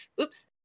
Oops